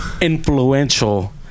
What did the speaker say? Influential